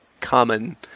common